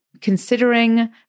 considering